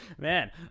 man